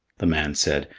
the man said,